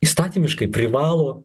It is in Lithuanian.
įstatymiškai privalo